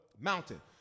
Mountain